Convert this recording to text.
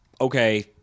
okay